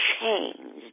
changed